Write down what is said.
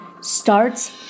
starts